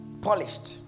Polished